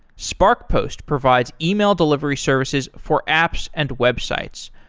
sparkpost provides email delivery services for apps and websites.